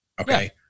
okay